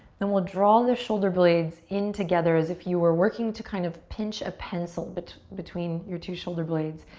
then we'll draw the shoulder blades in together as if you are working to kind of pinch a pencil but between your two shoulder blades.